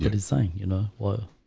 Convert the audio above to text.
get it saying, you know, well,